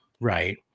right